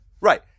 Right